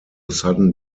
sudden